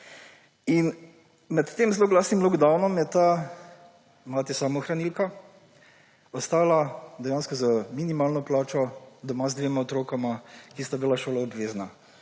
In med tem zloglasnim lockdownom je ta mati samohranilka ostala dejansko z minimalno plačo doma z dvema otrokoma, ki sta bila šoloobvezna;